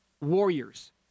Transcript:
Warriors